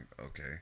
okay